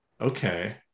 Okay